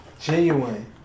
Genuine